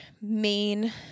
main